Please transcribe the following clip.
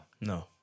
No